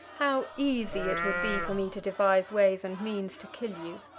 how easy it would be for me to devise ways and means to kill you.